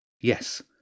Yes